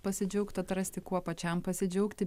pasidžiaugti atrasti kuo pačiam pasidžiaugti